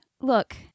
Look